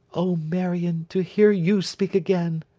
o marion, to hear you speak again